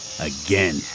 again